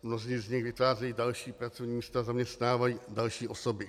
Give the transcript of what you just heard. Mnozí z nich vytvářejí další pracovní místa, zaměstnávají další osoby.